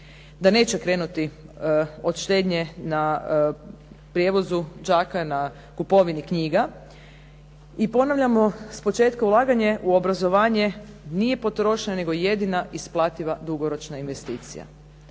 da neće krenuti od štednje na prijevozu đaka, na kupovini knjiga. I ponavljamo s početka ulaganje u obrazovanje nije potrošnja nego jedina isplativa dugoročna investicija.